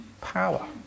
power